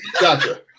Gotcha